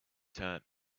turnt